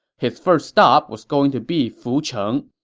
his first stop was going to be fucheng,